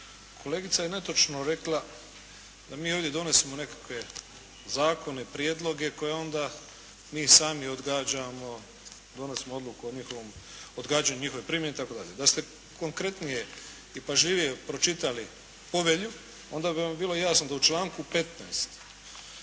Kolegica je netočno rekla da mi ovdje donosimo nekakve zakone, prijedloge, koje onda mi sami odgađamo, donosimo odluku o njihovom odgađanju, njihovoj primjeni i tako dalje. Da ste konkretnije i pažljivije pročitali povelju, onda bi vam bilo jasno da u članku 15.